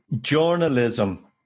journalism